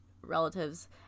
relatives